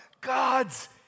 God's